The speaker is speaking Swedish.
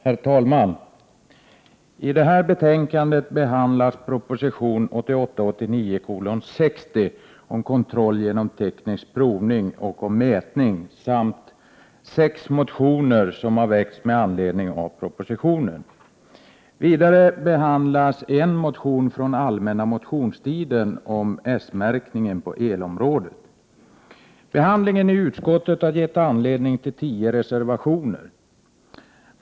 Herr talman! I detta betänkande behandlas proposition 1988/89:60 om kontroll genom teknisk provning och om mätning samt sex motioner som har väckts med anledning av propositionen. Vidare behandlas en motion från allmänna motionstiden om S-märkningen på elområdet. Behandlingen i utskottet har gett anledning till tio reservationer.